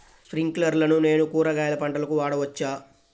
స్ప్రింక్లర్లను నేను కూరగాయల పంటలకు వాడవచ్చా?